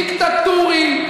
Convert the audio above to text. דיקטטורי,